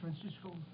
Francisco